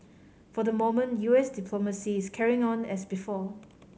for the moment U S diplomacy is carrying on as before